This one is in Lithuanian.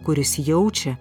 kuris jaučia